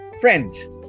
friends